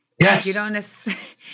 Yes